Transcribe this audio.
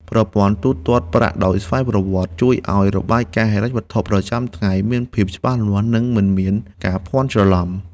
ប្រព័ន្ធទូទាត់ប្រាក់ដោយស្វ័យប្រវត្តិជួយឱ្យរបាយការណ៍ហិរញ្ញវត្ថុប្រចាំថ្ងៃមានភាពច្បាស់លាស់ និងមិនមានការភាន់ច្រឡំ។